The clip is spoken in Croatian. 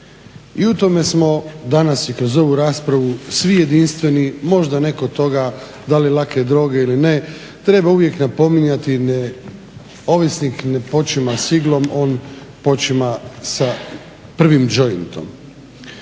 I u tome smo danas i kroz ovu raspravu svi jedinstveni. Možda ne kod toga da li lake droge ili ne, treba uvijek napominjati da ovisnik ne počima s iglom, on počima sa prvim džointom.